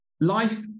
Life